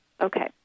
Okay